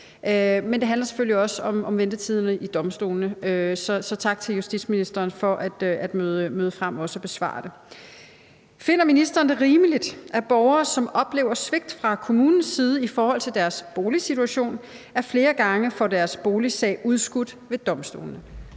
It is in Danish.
Men det handler selvfølgelig også om ventetiderne i domstolene, så tak til justitsministeren for at møde frem og besvare det. Finder ministeren det rimeligt, at borgere, som oplever svigt fra kommunens side i forhold til deres boligsituation, ad flere gange får deres boligsag udskudt ved domstolene?